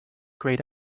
grayed